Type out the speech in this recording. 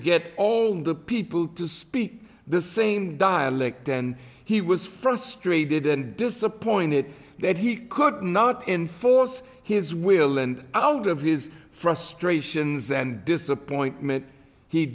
get all the people to speak the same dialect and he was frustrated and disappointed that he could not in force his will and out of his frustrations and disappointment he